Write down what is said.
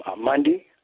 Monday